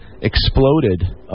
exploded